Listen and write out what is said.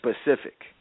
specific